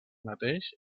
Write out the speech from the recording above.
mateix